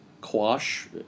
quash